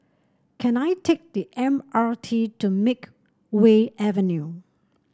can I take the M R T to Makeway Avenue